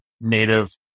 native